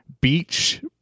beach